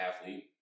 athlete